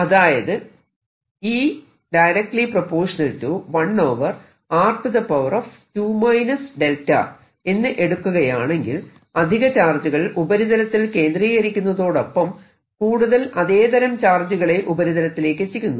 അതായത് എന്ന് എടുക്കുകയാണെങ്കിൽ അധിക ചാർജുകൾ ഉപരിതലത്തിൽ കേന്ദ്രീകരിക്കുന്നതോടൊപ്പം കൂടുതൽ അതേതരം ചാർജുകളെ ഉപരിതലത്തിലേക്കെത്തിക്കുന്നു